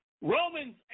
Romans